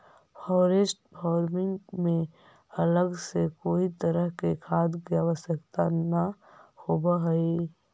forest farming में अलग से कोई तरह के खाद के आवश्यकता न होवऽ हइ